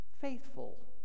faithful